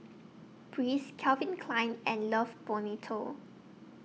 Breeze Calvin Klein and Love Bonito